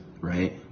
right